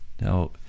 Now